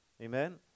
Amen